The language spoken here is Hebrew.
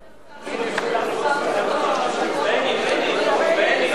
אני הסרתי את שמי לפני כמה